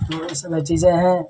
तो यह सब चीज़ें हैं